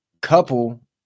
couple